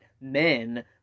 men